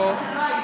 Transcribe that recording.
הוא לא היה.